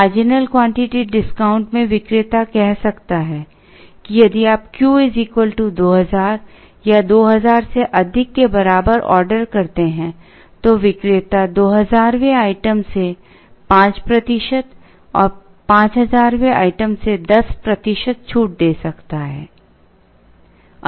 marginal quantity discount में विक्रेता कह सकता है कि यदि आप Q 2000 या 2000 से अधिक के बराबर ऑर्डर करते हैं तो विक्रेता 2000 वें आइटम से 5 प्रतिशत और 5000 वें आइटम से 10 प्रतिशत छूट दे सकता है